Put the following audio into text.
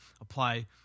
apply